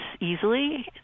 easily